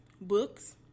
books